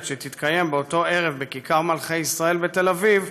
שתתקיים באותו ערב בכיכר מלכי ישראל בתל אביב